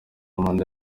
manda